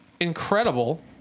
incredible